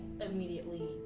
immediately